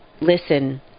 Listen